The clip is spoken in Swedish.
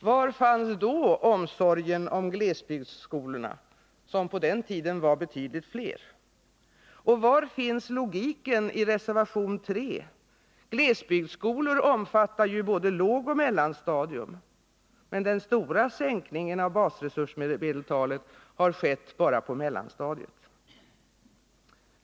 Var fanns då omsorgen om glesbygdsskolorna, som på den tiden var betydligt fler? Och var finns logiken i reservation 3? Glesbygdsskolor omfattar både lågoch mellanstadium, men den stora sänkningen av basresursmedeltalet har skett endast på mellanstadiet.